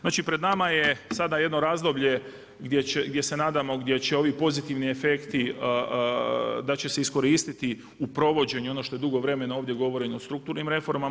Znači pred nama je sada jedno razdoblje gdje se nadamo gdje će ovi pozitivni efekti da će se iskoristiti u provođenju, ono što je dugo vremena ovdje govoreno o strukturnim reformama.